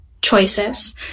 choices